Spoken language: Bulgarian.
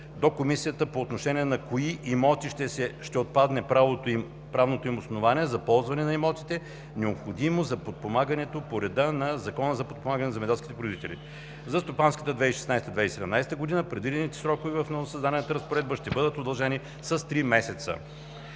до комисията по отношение на кои имоти ще отпадне правното им основание за ползване на имотите, необходимо за подпомагането по реда на Закона за подпомагане на земеделските производители. За стопанската 2016 – 2017 г. предвидените срокове в новосъздадената разпоредба ще бъдат удължени с три месеца.